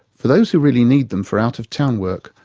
for those who really need them for out-of-town work,